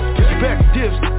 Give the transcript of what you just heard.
Perspectives